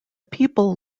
people